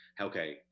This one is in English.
okay